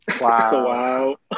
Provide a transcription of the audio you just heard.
Wow